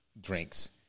drinks